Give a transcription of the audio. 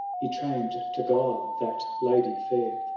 he train'd to guile that lady fiiir,